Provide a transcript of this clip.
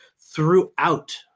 throughout